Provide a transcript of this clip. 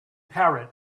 parrot